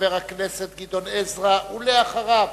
חבר הכנסת גדעון עזרא, ואחריו,